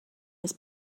his